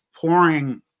pouring